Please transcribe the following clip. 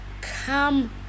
come